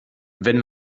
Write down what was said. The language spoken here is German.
wenn